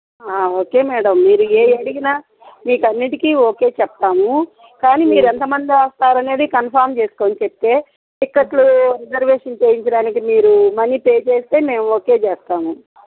okay madam మీరు ఏవి అడిగినా మీకు అన్నిటికి ఓకే చెప్తాము కానీ మీరు ఎంతమంది వస్తారు అనేది కన్ఫార్మ్ చేసుకొని చెప్తే టిక్కెట్లు రిజర్వేషన్ చేయించడానికి మీరు మనీ పే చేస్తే మేము ఓకే చేస్తాము